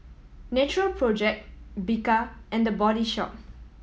Natural Project Bika and The Body Shop